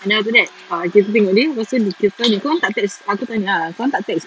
and then after that uh kita tengok dia lepas tu dia kata kau orang tak text aku tanya lah kau orang tak text